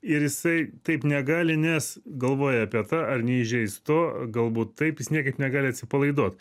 ir jisai taip negali nes galvoja apie tą ar ne įžeis to galbūt taip jis niekaip negali atsipalaiduot